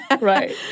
right